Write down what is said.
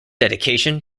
dedication